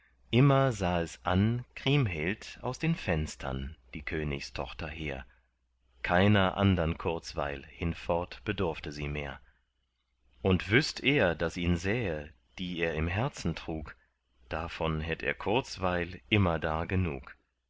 immer sah es an kriemhild aus den fenstern die königstochter hehr keiner andern kurzweil hinfort bedurfte sie mehr und wüßt er daß ihn sähe die er im herzen trug davon hätt er kurzweil immerdar genug